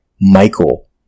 Michael